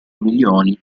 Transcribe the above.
milioni